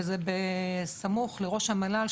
וזה בסמוך לראש המל"ל,